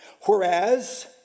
whereas